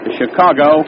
Chicago